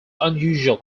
unusual